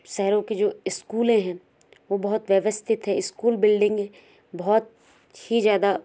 शहरों के जो स्कूलें हैं वो बहुत व्यवस्थित हैं स्कूल बिल्डिंग बहुत ही ज़्यादा